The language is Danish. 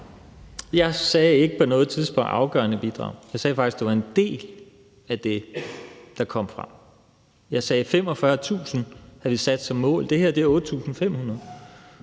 Jeg sagde ikke på noget tidspunkt, at det var et afgørende bidrag. Jeg sagde faktisk, at det var en del af det, der kom frem. Jeg sagde, at de havde sat 45.000 som mål. Det her er 8.500.